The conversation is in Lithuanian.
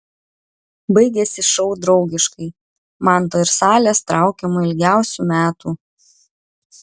baigėsi šou draugiškai manto ir salės traukiamu ilgiausių metų